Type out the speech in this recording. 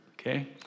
okay